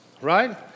right